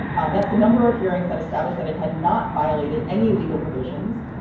um that's the number of hearings that establish that it had not violated any legal provisions.